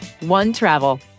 OneTravel